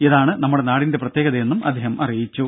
ഇതാണ് നമ്മുടെ നാടിന്റെ പ്രത്യേകതയെന്നും അദ്ദേഹം അറിയിച്ചു